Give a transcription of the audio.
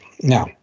Now